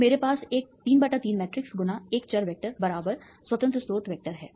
तो मेरे पास एक 33 मैट्रिक्स × एक चर वेक्टर स्वतंत्र स्रोत वेक्टर है